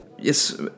Yes